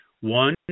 One